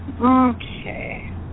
Okay